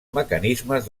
mecanismes